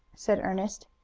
said ernest.